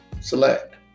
select